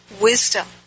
wisdom